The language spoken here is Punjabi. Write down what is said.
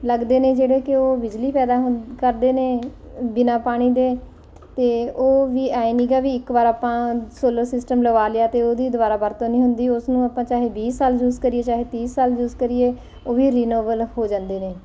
ਲੱਗਦੇ ਨੇ ਜਿਹੜੇ ਕਿ ਉਹ ਬਿਜਲੀ ਪੈਦਾ ਕਰਦੇ ਨੇ ਬਿਨਾਂ ਪਾਣੀ ਦੇ ਅਤੇ ਉਹ ਵੀ ਐ ਨਹੀ ਹੈਗਾ ਵੀ ਇੱਕ ਵਾਰ ਆਪਾਂ ਸੋਲਰ ਸਿਸਟਮ ਲਵਾ ਲਿਆ ਅਤੇ ਉਹਦੀ ਦੁਬਾਰਾ ਵਰਤੋਂ ਨਹੀਂ ਹੁੰਦੀ ਉਸਨੂੰ ਆਪਾਂ ਚਾਹੇ ਵੀਹ ਸਾਲ ਯੂਸ ਕਰੀਏ ਚਾਹੇ ਤੀਹ ਸਾਲ ਯੂਸ ਕਰੀਏ ਉਹ ਵੀ ਰੀਨਵਨਲ ਹੋ ਜਾਂਦੇ ਨੇ